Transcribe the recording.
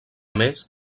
més